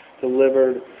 delivered